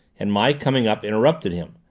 and my coming up interrupted him.